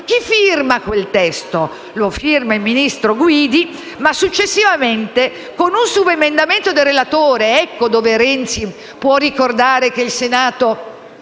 Chi firma quel testo? Lo firma il ministro Guidi, ma, successivamente, si interviene con un subemendamento del relatore. Ecco dove Renzi può ricordare che il Senato